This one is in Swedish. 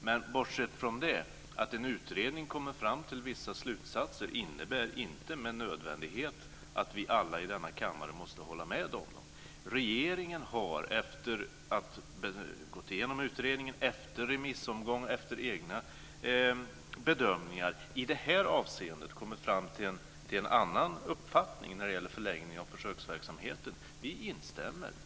Men bortsett från det, att en utredning kommer fram till vissa slutsatser innebär inte med nödvändighet att vi alla i denna kammare måste hålla med om dem. Regeringen har gått igenom utredningen efter remissomgång och efter egna bedömningar i det här avseendet kommit fram till en annan uppfattning när det gäller förlängningen av försöksverksamheten.